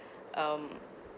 um